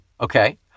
Okay